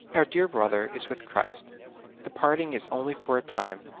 our dear brother is with christ the parting is only for a time.